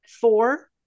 four